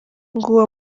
ngo